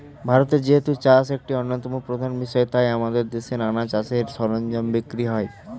ভারতে যেহেতু চাষ একটা অন্যতম প্রধান বিষয় তাই আমাদের দেশে নানা চাষের সরঞ্জাম বিক্রি হয়